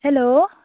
hello